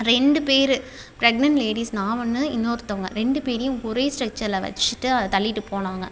ரெண்டு பேர் pregnant ladies நான் ஒன்று இன்னொருத்தவங்க ரெண்டு பேரையும் ஒரே ஸ்டெக்ச்சரில் வச்சிகிட்டு தள்ளிகிட்டு போனாங்க